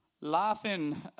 laughing